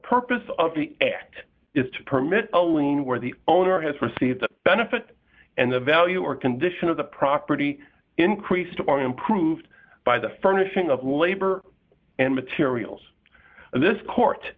purpose of the act is to permit a lien where the owner has received a benefit and the value or condition of the property increased or improved by the furnishing of labor and materials and this court